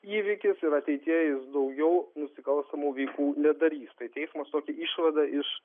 įvykis ir ateityje jis daugiau nusikalstamų veikų nedarys tai teismas tokią išvadą iš